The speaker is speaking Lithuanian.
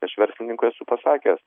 aš verslininkui esu pasakęs